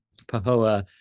Pahoa